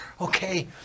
Okay